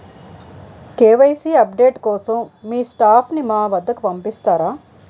KYC update కోసం మీ staff ని మా వద్దకు పంపిస్తారా?